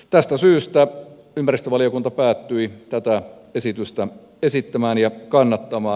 tästä syystä ympäristövaliokunta päätyi tätä esitystä esittämään ja kannattamaan